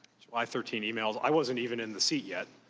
july thirteen e-mails? i wasn't even in the seat yet.